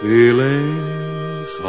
Feelings